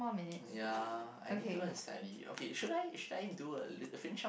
ya I need to go and study okay should I should I do a lit finish off